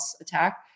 attack